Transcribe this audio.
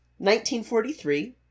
1943